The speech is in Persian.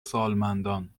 سالمندان